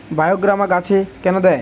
বায়োগ্রামা গাছে কেন দেয়?